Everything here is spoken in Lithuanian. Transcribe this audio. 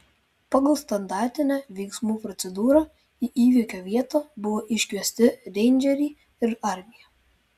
pagal standartinę veiksmų procedūrą į įvykio vietą buvo iškviesti reindžeriai ir armija